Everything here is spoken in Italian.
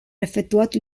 effettuato